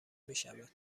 میشود